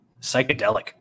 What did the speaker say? Psychedelic